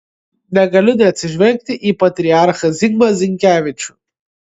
negaliu neatsižvelgti į patriarchą zigmą zinkevičių